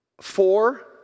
four